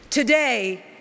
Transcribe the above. Today